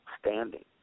standing